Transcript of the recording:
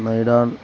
మేడాన్